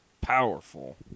Powerful